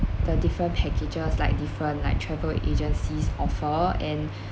the different packages like different like travel agencies offer and